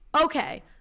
Okay